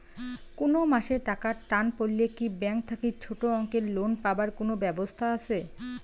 কুনো মাসে টাকার টান পড়লে কি ব্যাংক থাকি ছোটো অঙ্কের লোন পাবার কুনো ব্যাবস্থা আছে?